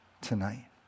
tonight